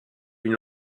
une